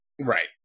Right